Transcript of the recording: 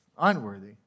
unworthy